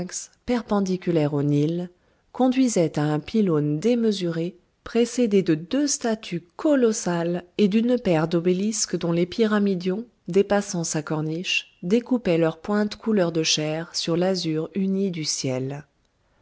perpendiculaire au nil conduisait à un pylône démesuré précédé de deux statues colossales et d'une paire d'obélisques dont les pyramidions dépassant sa corniche découpaient leur pointe couleur de chair sur l'azur uni du ciel